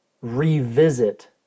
revisit